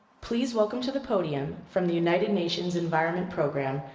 please welcome to the podium from the united nations environment programme,